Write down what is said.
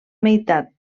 meitat